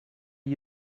are